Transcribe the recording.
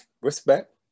respect